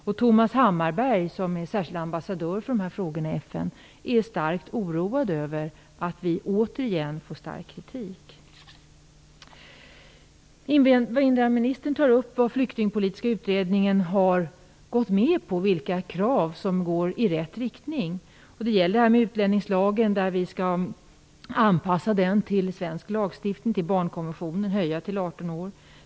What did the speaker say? Och Thomas Hammarberg, som är särskild ambassadör för de här frågorna i FN, är starkt oroad över att vi återigen får stark kritik. Invandrarministern tar upp vad Flyktingpolitiska kommittén har gått med på och vilka krav som går i rätt riktning. Det gäller utlänningslagen, att vi skall anpassa svensk lagstiftning till barnkonventionen och höja åldersgränsen till 18 år.